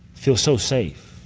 feel so safe,